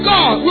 God